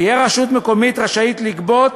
תהיה רשות מקומית רשאית לגבות,